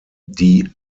die